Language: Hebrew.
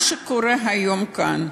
מה שקורה היום כאן,